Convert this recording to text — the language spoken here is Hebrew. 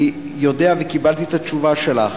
אני יודע, וקיבלתי את התשובה שלך,